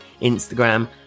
Instagram